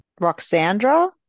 Roxandra